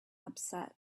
upset